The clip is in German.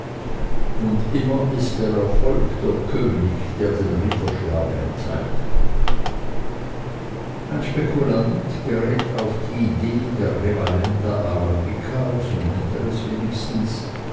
und immer ist der erfolg der könig der den ritterschlag erteilt ein spekulant gerät auf die idee der revalenta arabica so nennt er es wenigstens